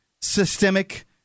systemic